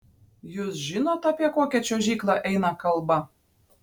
jūs žinot apie kokią čiuožyklą eina kalba